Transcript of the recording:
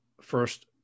first